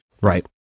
Right